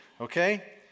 Okay